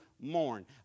mourn